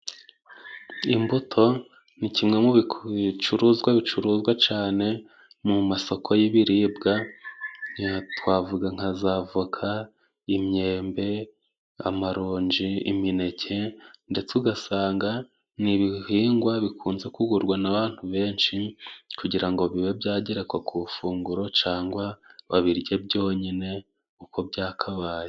Imbuto ni kimwe mu biku mu bicuruzwa bicuruzwa cane mu masoko y'ibiribwa, yee twavuga nka za voka, imyembe, amaronji, imineke, ndetse ugasanga ni ibihingwa bikunze kugurwa n'abantu benshi, kugira ngo bibe byagerekwa ku funguro cangwa babirye byonyine uko byakabaye.